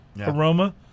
aroma